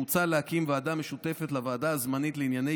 מוצע להקים ועדה משותפת לוועדה הזמנית לענייני